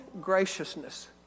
graciousness